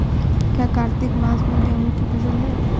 क्या कार्तिक मास में गेहु की फ़सल है?